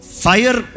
fire